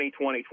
2020